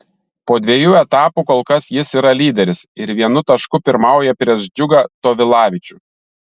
po dviejų etapų kol kas jis yra lyderis ir vienu tašku pirmauja prieš džiugą tovilavičių